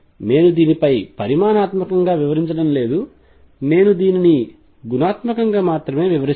నేను దీనిపై పరిమాణాత్మకంగా వివరించడం లేదు నేను దీనిని గుణాత్మకంగా మాత్రమే వివరిస్తాను